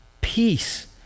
Peace